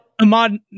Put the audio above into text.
Ahmad